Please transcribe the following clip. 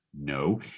No